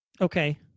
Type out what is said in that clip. Okay